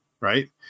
right